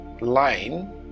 line